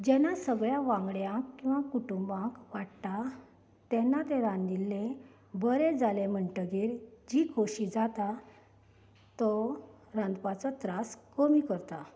जेन्ना सगळ्यां वांगड्यांक किंवा कुटूंबाक वाडटा तेन्ना तें रांदिल्लें बरें जालें म्हणटकच जी खोशी जाता तो रांदपाचो त्रास कमी करता